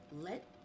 Let